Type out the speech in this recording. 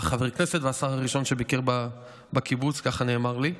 חבר הכנסת והשר הראשון שביקר בקיבוץ, ככה נאמר לי.